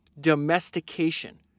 domestication